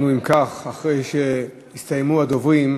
אנחנו, אם כך, אחרי שהסתיימו הדוברים,